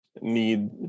need